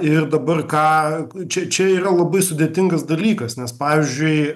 ir dabar ką čia čia yra labai sudėtingas dalykas nes pavyzdžiui